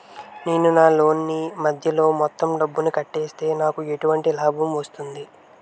నేను నా లోన్ నీ మధ్యలో మొత్తం డబ్బును కట్టేస్తే నాకు ఎటువంటి లాభం వస్తుంది?